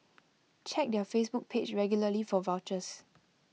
check their Facebook page regularly for vouchers